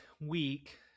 week